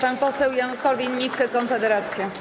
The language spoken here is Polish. Pan poseł Janusz Korwin-Mikke, Konfederacja.